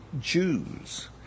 Jews